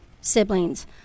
siblings